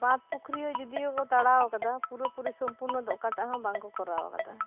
ᱵᱟᱸᱫᱽ ᱯᱩᱠᱷᱨᱤ ᱦᱚᱸ ᱡᱩᱫᱤᱭᱚ ᱦᱚ ᱠᱚ ᱛᱟᱲᱟᱣ ᱟᱠᱟᱫᱟ ᱯᱩᱨᱟᱹ ᱯᱩᱨᱤ ᱥᱚᱢᱯᱩᱨᱱᱚ ᱫᱚ ᱚᱠᱟᱴᱟᱜ ᱦᱚᱸ ᱵᱟᱝ ᱠᱚ ᱠᱚᱨᱟᱣ ᱟᱠᱟᱫᱟ